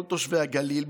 כל תושבי הגליל,